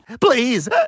Please